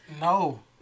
No